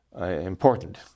important